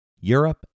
Europe